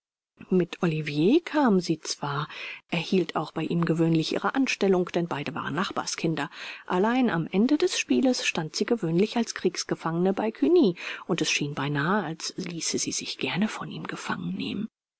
mit olivier kam sie zwar erhielt auch bei ihm gewöhnlich ihre anstellung denn beide waren nachbarskinder allein am ende des spieles stand sie gewöhnlich als kriegsgefangene bei cugny und es schien beinahe als ließe sie sich gern von ihm gefangen nehmen